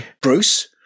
Bruce